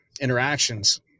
interactions